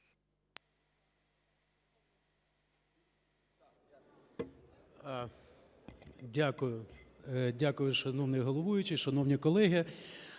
Дякую, шановний головуючий, шановні колеги.